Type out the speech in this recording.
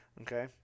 Okay